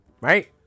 Right